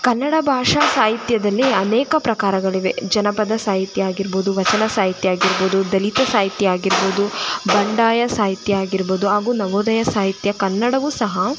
ಕನ್ನಡ ಭಾಷಾ ಸಾಹಿತ್ಯದಲ್ಲಿ ಅನೇಕ ಪ್ರಕಾರಗಳಿವೆ ಜನಪದ ಸಾಹಿತ್ಯ ಆಗಿರ್ಬೋದು ವಚನ ಸಾಹಿತ್ಯ ಆಗಿರ್ಬೋದು ದಲಿತ ಸಾಹಿತ್ಯ ಆಗಿರ್ಬೋದು ಬಂಡಾಯ ಸಾಹಿತ್ಯ ಆಗಿರ್ಬೋದು ಹಾಗೂ ನವೋದಯ ಸಾಹಿತ್ಯ ಕನ್ನಡವು ಸಹ